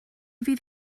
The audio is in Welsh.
fydd